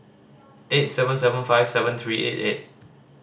eight seven seven five seven three eight eight